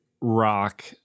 rock